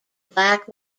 black